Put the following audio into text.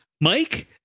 Mike